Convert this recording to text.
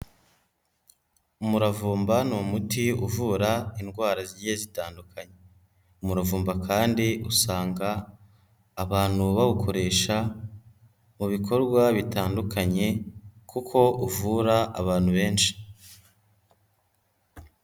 Umuravumba ni umuti uvura indwara zigiye zitandukanye, umuravumba kandi usanga abantu bawukoresha mu bikorwa bitandukanye kuko uvura abantu benshi.